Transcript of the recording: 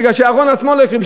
מפני שאהרן עצמו לא הקריב,